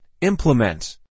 Implement